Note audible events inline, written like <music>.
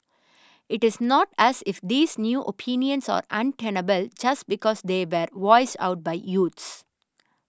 it is not as if these new opinions are untenable just because they <unintelligible> voiced out by youths